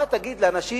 מה תגיד לאנשים